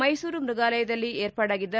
ಮೈಸೂರು ಮ್ಯಗಾಲಯದಲ್ಲಿ ವಿರ್ಪಾಡಾಗಿದ್ದ